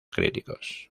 críticos